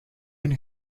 een